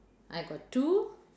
I got two